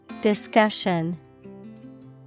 Discussion